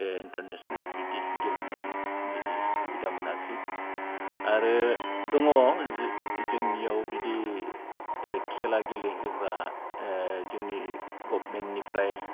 international बिदि गेलेनाय बिदि सुबिदा मोनाखै आरो दङ जोंनियाव बिदि खेला गेलेहोग्रा जोंनि गभमेन्टनिफ्राय